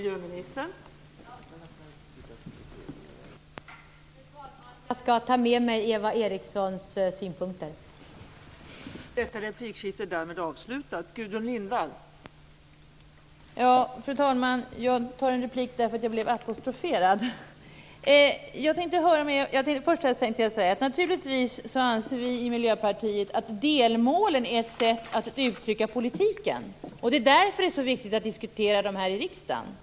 Jag skall ta med mig Eva Erikssons synpunkter.